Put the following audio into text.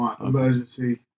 emergency